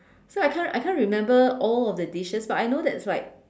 so I can't I can't remember all of the dishes but I know that's like